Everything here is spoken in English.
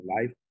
life